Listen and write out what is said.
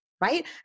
right